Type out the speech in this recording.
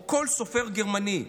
או כל סופר גרמני,